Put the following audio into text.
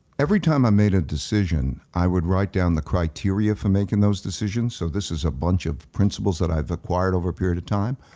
every time i made a decision, i would write down the criteria for making those decisions. so this is a bunch of principles that i've acquired over a period of time.